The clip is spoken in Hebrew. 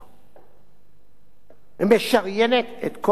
היא משריינת את כל סעיפי החוק הקיימים.